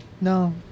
no